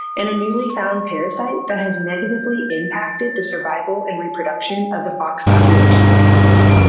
and a newly found parasite that has negatively impacted the survival and reproduction of the fox population recently.